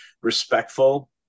respectful